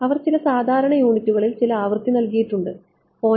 അവർ ചില സാധാരണ യൂണിറ്റുകളിൽ ചില ആവൃത്തി നൽകിയിട്ടുണ്ട് 0